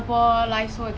oh ya